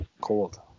cold